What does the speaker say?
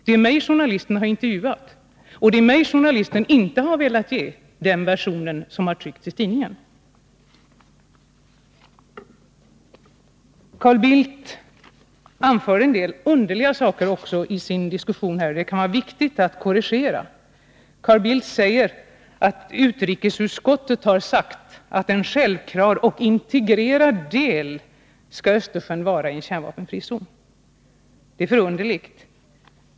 Det är mig som journalisten har intervjuat och det är mig journalisten inte har velat ge den version som har tryckts i tidningen. Carl Bildt anför här en del underliga saker också i sin diskussion som det kan vara viktigt att korrigera. Carl Bildt säger att utrikesutskottet har anfört att Östersjön skall vara en självklar och integrerad del i en kärnvapenfri zon. Det är förunderligt.